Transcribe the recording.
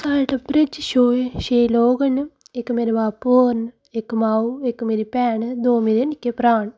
साढ़े टब्बरै च छे लोग न इक मेरे बापू होर न इक माऊ इक मेरी भैन दो मेरे निक्के भ्राऽ न